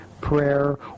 prayer